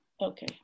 okay